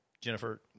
Jennifer